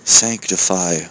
sanctify